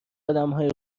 آدمهای